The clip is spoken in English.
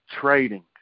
trading